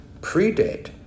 predate